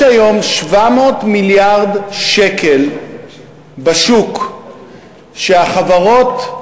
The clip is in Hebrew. יש היום 700 מיליארד שקל בשוק שהחברות,